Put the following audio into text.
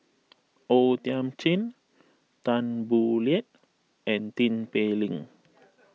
O Thiam Chin Tan Boo Liat and Tin Pei Ling